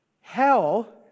hell